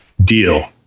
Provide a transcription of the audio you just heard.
deal